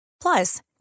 Plus